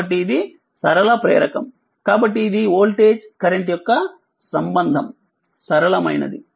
కాబట్టిఇదిసరళ ప్రేరకం కాబట్టిఇది voltage current యొక్క సంబంధం సరళమైనది